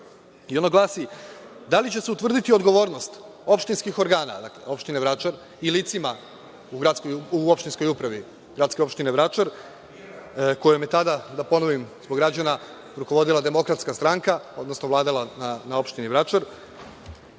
i ono glasi – da li će se utvrditi odgovornost opštinskih organa opštine Vračar i licima u opštinskoj upravi gradske opštine Vračar kojem je tada, da ponovim zbog građana, rukovodila DS, odnosno vladala na opštini Vračar,